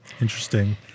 Interesting